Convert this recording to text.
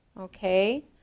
Okay